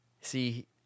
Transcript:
See